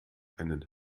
einen